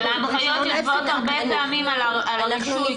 אבל ההנחיות יושבות הרבה פעמים על הרישוי,